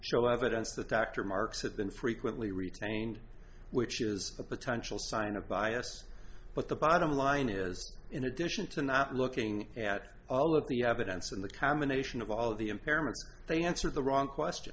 show evidence that dr marks had been frequently retained which is a potential sign of bias but the bottom line is in addition to not looking at all of the evidence and the combination of all the impairments they answer the wrong question